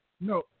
no